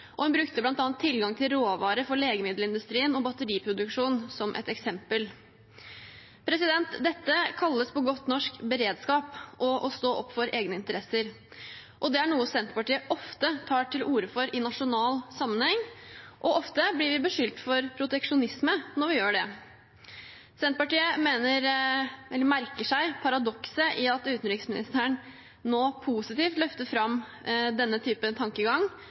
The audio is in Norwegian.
brukte bl.a. tilgang til råvarer for legemiddelindustrien og batteriproduksjon som et eksempel. Dette kalles på godt norsk beredskap og å stå opp for egne interesser. Det er noe Senterpartiet ofte tar til orde for i nasjonal sammenheng, og ofte blir vi beskyldt for proteksjonisme når vi gjør det. Senterpartiet merker seg paradokset i at utenriksministeren nå positivt løfter fram denne typen tankegang,